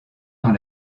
dans